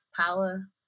power